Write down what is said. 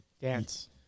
Dance